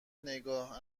نگاه